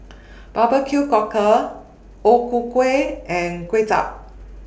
Barbecued Cockle O Ku Kueh and Kuay Chap